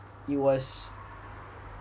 it was